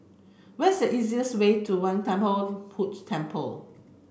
what's the easiest way to Kwan Temple Temple